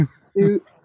suit